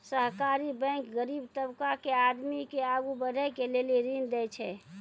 सहकारी बैंक गरीब तबका के आदमी के आगू बढ़ै के लेली ऋण देय छै